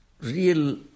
real